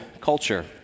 culture